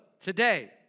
today